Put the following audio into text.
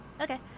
Okay